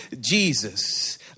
Jesus